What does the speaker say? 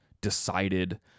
decided